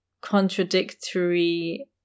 contradictory